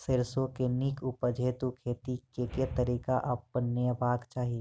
सैरसो केँ नीक उपज हेतु खेती केँ केँ तरीका अपनेबाक चाहि?